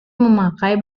memakai